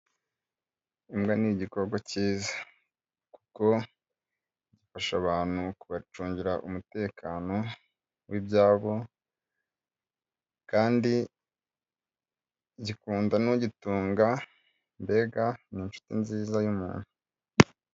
Imbwa ni igikoko cyiza kuko gifasha abantu kubacungira umutekano w'ibyabo, kandi gikunda n'ugitunga, mbega ni inshuti nziza y'umuntu.